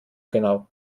genau